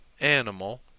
animal